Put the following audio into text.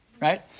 Right